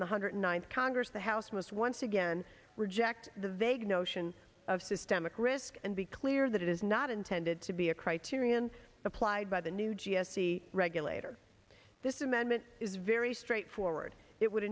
in the hundred ninth congress the house must once again reject the vague notion of systemic risk and be clear that it is not intended to be a criterion applied by the new g s t regulator this amendment is very straightforward it would